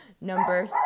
Number